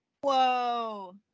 Whoa